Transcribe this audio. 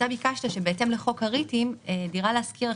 אתה ביקשת שבהתאם לחוק ה-ריטים דירה להשכיר,